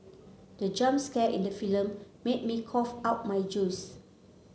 the jump scare in the film made me cough out my juice